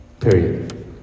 period